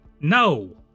No